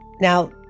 Now